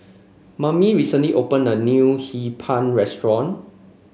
Mame recently opened a new Hee Pan restaurant